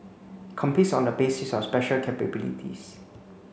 it competes on the basis of special capabilities